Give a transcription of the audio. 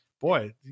boy